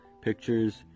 Pictures